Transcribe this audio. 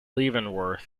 leavenworth